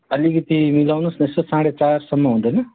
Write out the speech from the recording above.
अलिकति मिलाउनुहोस् न यसो साढे चारसम्म हुँदैन